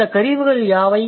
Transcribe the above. அந்த கருவிகள் யாவை